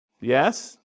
Yes